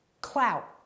Clout